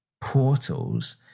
portals